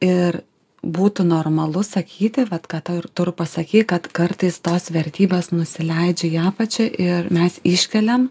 ir būtų normalu sakyti vat ką tau tu ir pasakei kad kartais tos vertybės nusileidžia į apačią ir mes iškeliam